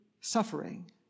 suffering